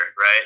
Right